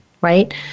right